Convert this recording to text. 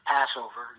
Passover